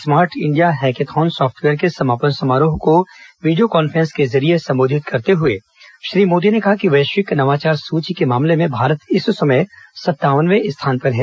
smart India hackathon software के समापन समारोह को वीडियो कांफ्रेंस से संबोधित करते हुए श्री मोदी ने कहा वैश्विक नवाचार सूची के मामले में भारत इस समय संतानववें स्थान पर है